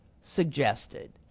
suggested